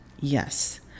Yes